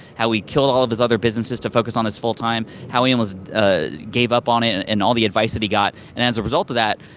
how he killed all of his other businesses to focus on this full-time, how he almost ah gave up on it and all the advice that he got, and as a result of that,